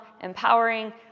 empowering